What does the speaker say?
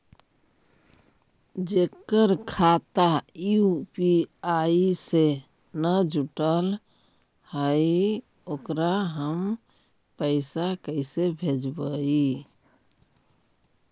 जेकर खाता यु.पी.आई से न जुटल हइ ओकरा हम पैसा कैसे भेजबइ?